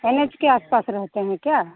के आस पास रहते हैं क्या